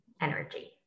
energy